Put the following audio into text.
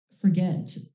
forget